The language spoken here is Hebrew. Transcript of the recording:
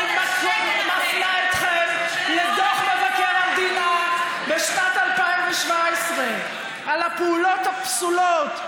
אני מפנה אתכם לדוח מבקר המדינה משנת 2017 על הפעולות הפסולות,